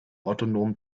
autonomen